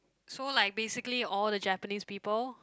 so like basically all the Japanese people